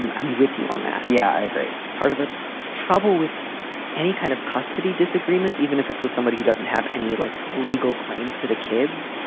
um i'm with you on that. yeah, i agree. part of the trouble with any kind of custody disagreements, even if it's with somebody who doesn't have any, like, legal claims to the kids,